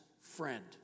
friend